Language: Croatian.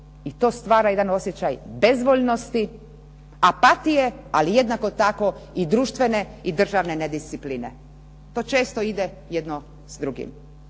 i to stvara jedan osjećaj bezvoljnosti, apatije ali jednako tako društvene i državne nediscipline. To često ide jedno s drugim.